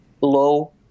low